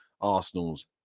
Arsenal's